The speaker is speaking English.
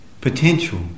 potential